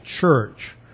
church